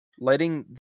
Letting